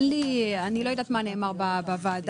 אני לא יודעת מה נאמר בוועדה,